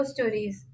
Stories